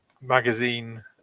magazine